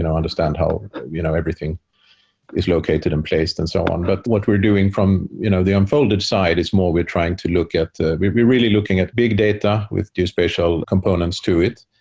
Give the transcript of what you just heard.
and understand how um you know everything is located and placed and so on but what we're doing from you know the unfolded side is more we're trying to look at we're we're really looking at big data with two special components to it.